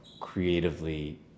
creatively